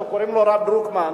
שקוראים לו הרב דרוקמן,